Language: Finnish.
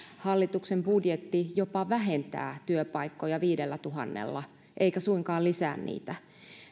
hallituksen budjetti jopa vähentää työpaikkoja viidellätuhannella eikä suinkaan lisää niitä